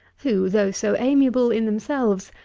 who, though so amiable in themselves,